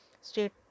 State